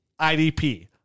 IDP